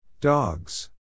Dogs